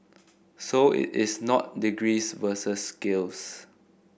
so it is not degrees versus skills